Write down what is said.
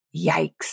Yikes